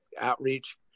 outreach